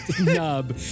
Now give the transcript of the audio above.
nub